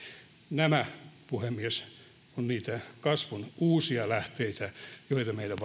nämä puhemies ovat niitä kasvun uusia lähteitä joita meidän